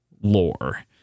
lore